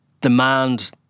demand